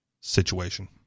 situation